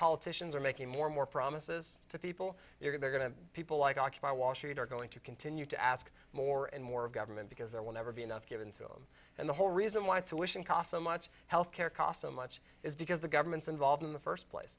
politicians are making more and more promises to people they're going to people like occupy wall street are going to continue to ask more and more of government because there will never be enough given to them and the whole reason why solution cost so much healthcare cost so much is because the government's involved in the first place